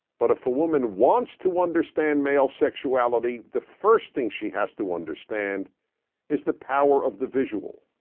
but if a woman wants to understand male sexuality, the first thing she has to understand is the power of the visual.